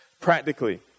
practically